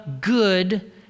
good